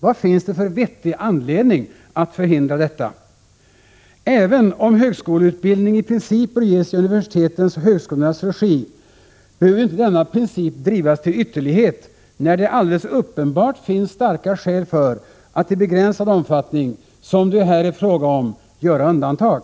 Vad finns det för vettig anledning att förhindra detta? Även om högskoleutbildning i princip bör ges i universitetens och högskolornas regi behöver ju inte denna princip drivas till ytterlighet, när det alldeles uppenbart finns starka skäl för att i begränsad omfattning, som det ju här är fråga om, göra undantag.